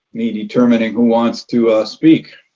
me determining who wants to speak.